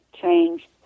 change